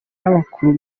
n’abakuru